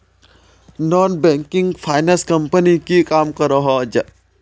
Non banking finance company की काम करोहो?